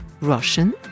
Russian